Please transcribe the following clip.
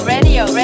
Radio